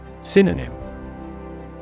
Synonym